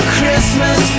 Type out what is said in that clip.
Christmas